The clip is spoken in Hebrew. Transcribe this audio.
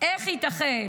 איך ייתכן